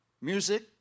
music